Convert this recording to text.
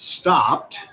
stopped